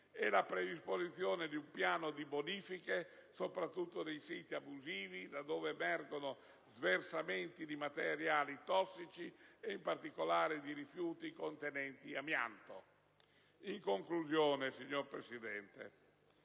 e la predisposizione di un piano di bonifiche soprattutto di siti abusivi da dove emergono sversamenti di materiali tossici, ed in particolare di rifiuti contenenti amianto; a favorire l'adeguamento